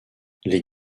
les